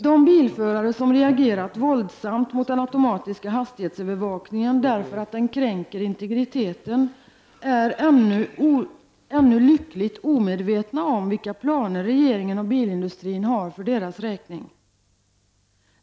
De bilförare som reagerat våldsamt mot den automatiska hastighetsövervakningen därför att den kränker integriteten, är ännu lyckligt omedvetna om vilka planer regeringen och bilindustrin har för deras räkning.